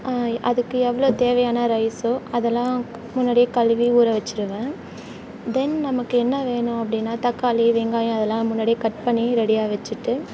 அதுக்கு எவ்வளோ தேவையான ரைஸோ அதெல்லாம் முன்னாடியே கழுவி ஊர வெச்சுருவேன் தென் நமக்கு என்ன வேணும் அப்படினா தக்காளி வெங்காயம் அதெலாம் முன்னாடியே கட் பண்ணி ரெடியாக வெச்சுட்டு